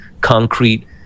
concrete